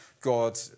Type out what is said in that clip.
God